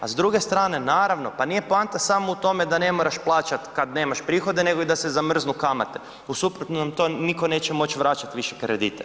A s druge strane naravno, pa nije poanta samo u tome da ne moraš plaćat kad nemaš prihode, nego i da se zamrznu kamate, u suprotnom to niko neće moć vraćat više kredite.